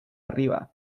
arriba